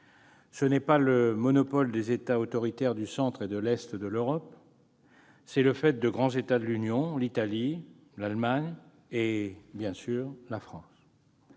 Ce n'est pas le monopole des États autoritaires du centre et de l'est de l'Europe : c'est aussi le fait de grands États de l'Union, tels que l'Italie, l'Allemagne et, bien sûr, la France.